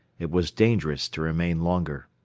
it was dangerous to remain longer.